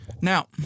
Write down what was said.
Now